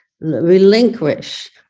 relinquish